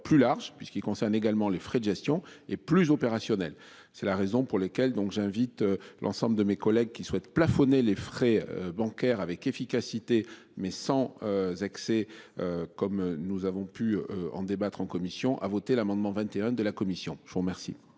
plus large puisqu'il concerne également les frais de gestion et plus opérationnel. C'est la raison pour lesquelles donc j'invite l'ensemble de mes collègues qu'il souhaite plafonner les frais bancaires avec efficacité mais sans. Excès comme nous avons pu en débattre en commission à voter l'amendement 21 de la commission, je vous remercie.